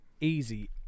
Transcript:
easy